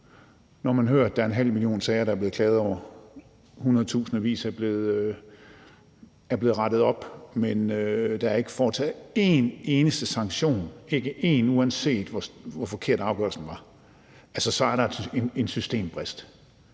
når man hører, at der er en halv million sager, der er blevet klaget over. Der er blevet rettet op på hundredtusindvis, men der er ikke givet en eneste sanktion, uanset hvor forkert afgørelsen var. Så er der altså en systembrist.